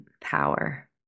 power